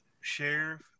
sheriff